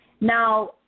Now